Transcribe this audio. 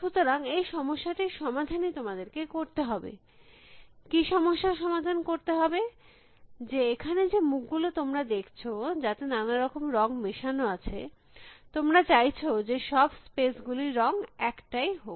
সুতরাং এই সমস্যাটির সমাধান ই তোমাদেরকে করতে হবে কী সমস্যার সমাধান করতে হবে যে এখানে যে মুখ গুলো তোমরা দেখছ যাতে নানা রকম রঙ মেশানো আছে তোমরা চাইছ যে সব স্পেস গুলির রঙ একটাই হোক